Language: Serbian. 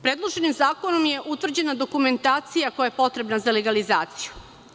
Predloženim zakonom je utvrđena dokumentacija koja je potrebna za legalizaciju.